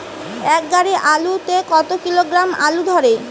এক গাড়ি আলু তে কত কিলোগ্রাম আলু ধরে?